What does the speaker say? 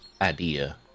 idea